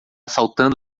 saltando